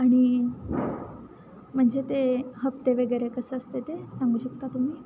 आणि म्हणजे ते हप्ते वगैरे कसं असतंय ते सांगू शकता तुम्ही